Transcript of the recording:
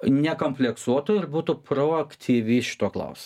nekompleksuotų ir būtų proaktyvi šituo klausimu